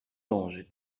ange